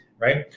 right